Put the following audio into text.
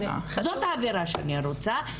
זאת האווירה שאני רוצה,